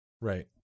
Right